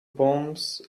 bombs